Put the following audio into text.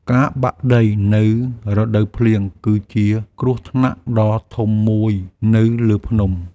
ការបាក់ដីនៅរដូវភ្លៀងគឺជាគ្រោះថ្នាក់ដ៏ធំមួយនៅលើភ្នំ។